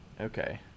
Okay